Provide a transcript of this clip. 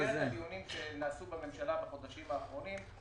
במסגרת הדיונים שנעשו בממשלה בחודשים האחרונים,